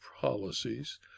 policies